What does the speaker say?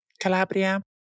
Calabria